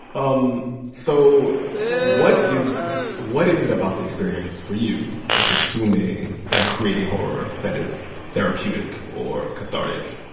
um so what is what is it about the experience for you in consuming and creating horror that is therapeutic or cathartic?